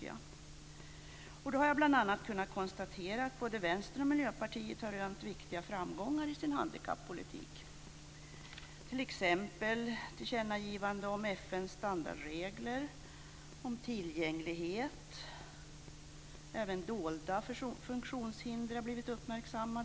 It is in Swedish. Jag har bl.a. kunnat konstatera att både Vänstern och Miljöpartiet har rönt viktiga framgångar i sin handikappolitik. Det gäller t.ex. tillkännagivande om FN:s standardregler om tillgänglighet. Även dolda funktionshinder har blivit uppmärksammade.